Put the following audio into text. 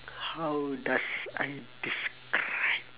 how does I describe